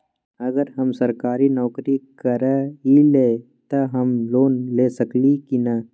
अगर हम सरकारी नौकरी करईले त हम लोन ले सकेली की न?